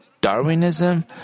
Darwinism